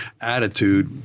attitude